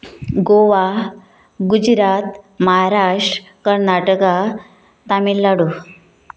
Goa Gujarat Maharashtra Karnataka Tamil Nadu